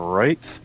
right